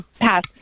pass